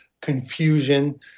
confusion